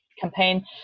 campaign